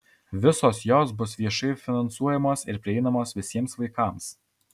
visos jos bus viešai finansuojamos ir prieinamos visiems vaikams